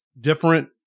different